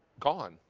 gone.